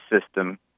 system